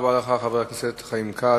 תודה רבה לך, חבר הכנסת חיים כץ.